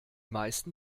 meisten